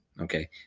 okay